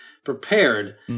Prepared